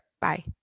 Bye